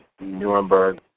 Nuremberg